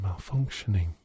malfunctioning